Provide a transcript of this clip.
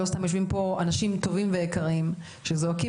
לא סתם יושבים פה אנשים טובים ויקרים שזועקים